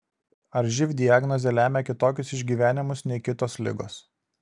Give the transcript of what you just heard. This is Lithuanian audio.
ar živ diagnozė lemia kitokius išgyvenimus nei kitos ligos